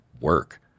work